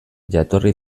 jatorri